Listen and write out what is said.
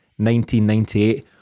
1998